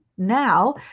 now